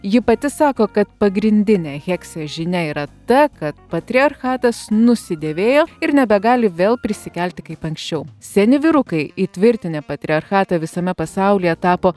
ji pati sako kad pagrindinė heksės žinia yra ta kad patriarchatas nusidėvėjo ir nebegali vėl prisikelti kaip anksčiau seni vyrukai įtvirtinę patriarchatą visame pasaulyje tapo